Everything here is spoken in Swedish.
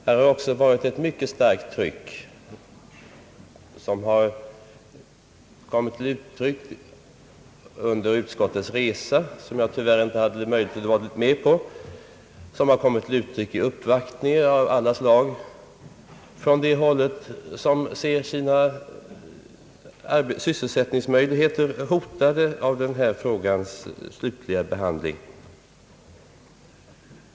Under utskottets resa utsattes ledamöterna också för ett starkt tryck i form av uppvaktningar av alla slag från människor som ser sina sysselsättningsmöjligheter hotade av denna frågas slutliga lösning.